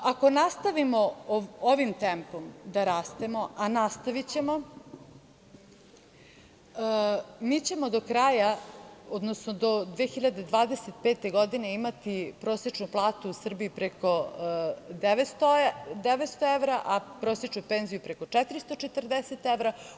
Ako nastavimo ovim tempom da rastemo, a nastavićemo, mi ćemo do kraja, odnosno do 2025. godine imati prosečnu platu u Srbiji preko 900 evra, a prosečnu penziju preko 440 evra.